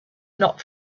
not